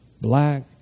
black